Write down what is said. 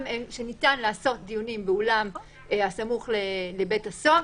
שניתן לעשות דיונים באולם הסמוך לבית הסוהר,